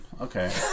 okay